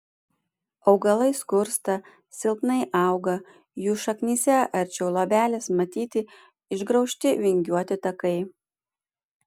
augalai skursta silpnai auga jų šaknyse arčiau luobelės matyti išgraužti vingiuoti takai